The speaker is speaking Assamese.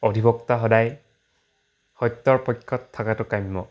অধিবক্তা সদায় সত্যৰ পক্ষত থকাটো কাম্য